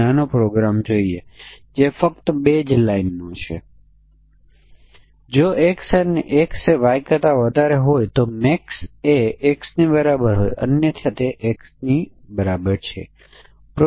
અને કોઈ પણ સંજોગોમાં આપણે 11 12 0 1 17 18 64 65 99 100 ની સીમાઓ તપાસવી પડશે અને અલબત્ત આપણે જે નજીવા મૂલ્યો ધ્યાનમાં લેવાની જરૂર છે